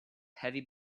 heavy